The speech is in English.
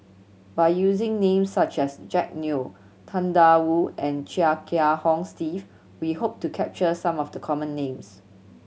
by using names such as Jack Neo Tang Da Wu and Chia Kiah Hong Steve we hope to capture some of the common names